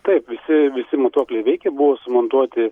taip visi visi matuokliai veikia buvo sumontuoti